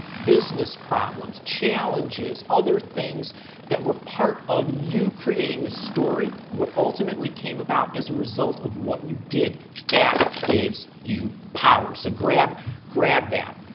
business problems, challenges, other things that were part of you creating the story what ultimately came about as a result of what you did. that gives you power. so, grab grab that.